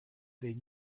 they